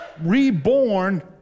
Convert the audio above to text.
reborn